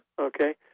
Okay